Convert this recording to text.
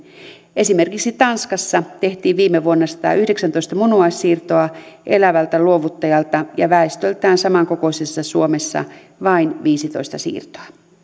esimerkiksi tanskassa tehtiin viime vuonna satayhdeksäntoista munuaissiirtoa elävältä luovuttajalta ja väestöltään samankokoisessa suomessa vain viisitoista siirtoa